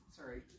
Sorry